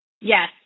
Yes